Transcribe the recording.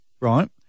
right